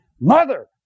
mother